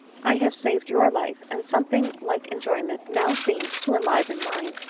i have saved your life, and something like enjoyment now seems to enliven mine.